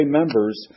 members